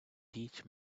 teach